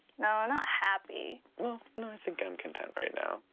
no, not happy. well, no, i think i'm content right now.